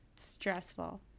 Stressful